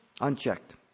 Unchecked